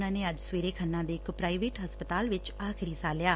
ਉਨ੍ਹਾਂ ਅੱਜ ਸਵੇਰੇ ਖੰਨਾ ਦੇ ਇਕ ਪੂਾਈਵੇਟ ਹਸਪਤਾਲ ਵਿੱਚ ਆਖਰੀ ਸਾਹ ਲਿਆ